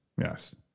Yes